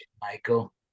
Michael